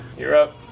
you're up.